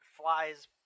flies